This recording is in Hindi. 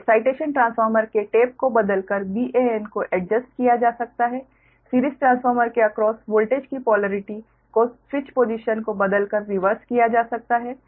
तो एक्साइटेशन ट्रांसफार्मर के टेप को बदलकर Van को एडजस्ट किया जा सकता है सिरीज़ ट्रांसफार्मर के अक्रॉस वोल्टेज की पोलेरिटी को स्विच पोसिशन को बदलकर रिवर्स किया जा सकता है